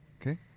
Okay